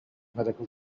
medical